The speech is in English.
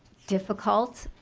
difficult